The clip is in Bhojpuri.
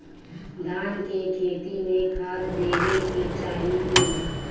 धान के खेती मे खाद देवे के चाही कि ना?